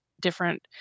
different